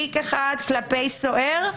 תיק אחד כלפי סוהר,